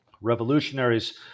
revolutionaries